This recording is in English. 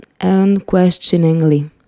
unquestioningly